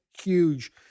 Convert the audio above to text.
huge